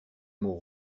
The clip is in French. mots